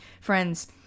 Friends